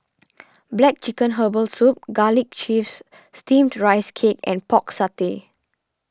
Black Chicken Herbal Soup Garlic Chives Steamed Rice Cake and Pork Satay